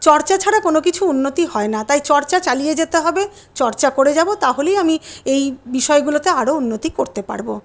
চর্চা ছাড়া কোনো কিছু উন্নতি হয়না তাই চর্চা চালিয়ে যেতে হবে চর্চা করে যাবো তাহলেই আমি এই বিষয়গুলোতে আরও উন্নতি করতে পারবো